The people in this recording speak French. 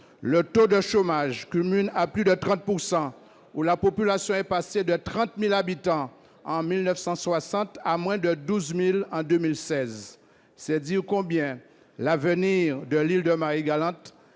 le taux de chômage culmine à plus de 30 % et où la population est passée de 30 000 habitants en 1960 à moins de 12 000 en 2016. C'est dire combien l'avenir de l'île de Marie-Galante